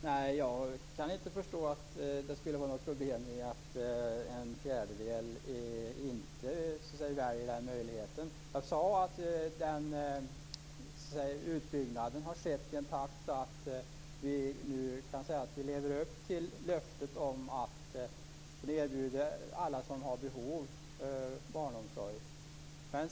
Fru talman! Jag kan inte förstå att det skall vara något problem att en fjärdedel inte väljer den möjligheten. Jag sade att utbyggnaden har skett i en takt som gör att vi nu kan säga att vi lever upp till löftet att erbjuda alla barnomsorg som har behov av det.